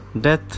Death